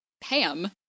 Pam